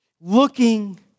looking